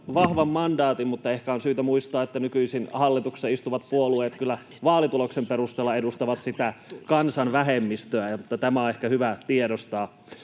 vahvan mandaatin, mutta ehkä on syytä muistaa, että nykyisin hallituksessa istuvat puolueet kyllä vaalituloksen perusteella edustavat sitä kansan vähemmistöä. Tämä on ehkä hyvä tiedostaa.